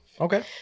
okay